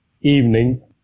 evening